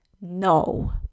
no